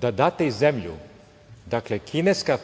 da date i zemlju. Dakle, kineska